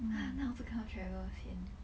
ah now I also want to travel sian